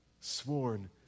sworn